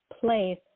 place